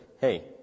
hey